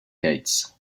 gates